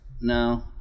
No